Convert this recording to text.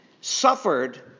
suffered